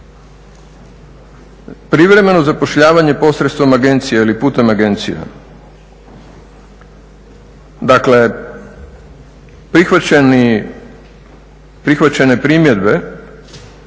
privremeno zapošljavanje posredstvom agencija ili putem agencija, dakle prihvaćene primjedbe